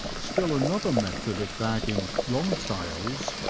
still an other method of bagging long-tails,